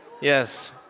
Yes